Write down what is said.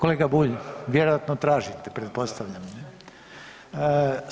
Kolega Bulj vjerojatno tražite, pretpostavljam ne.